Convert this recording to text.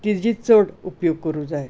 तिची चड उपयोग करूंक जाय